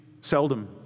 seldom